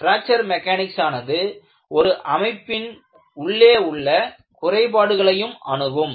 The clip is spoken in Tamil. பிராக்ச்சர் மெக்கானிக்ஸ் ஆனது ஒரு அமைப்பின் உள்ளே உள்ள குறைபாடுகளையும் அணுகும்